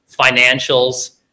financials